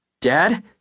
Dad